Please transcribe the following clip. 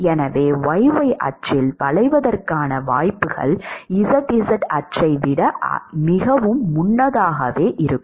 எனவே y y அச்சில் வளைவதற்கான வாய்ப்புகள் z z அச்சை விட மிகவும் முன்னதாகவே இருக்கும்